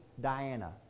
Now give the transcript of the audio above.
Diana